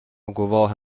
گواه